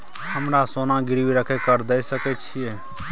हमरा सोना गिरवी रखय के कर्ज दै सकै छिए?